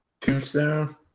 Tombstone